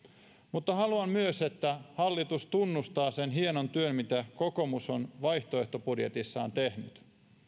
mutta haluan myös että hallitus tunnustaa sen hienon työn mitä kokoomus on vaihtoehtobudjetissaan tehnyt